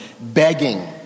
begging